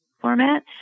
format